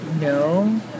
No